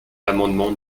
l’amendement